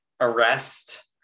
arrest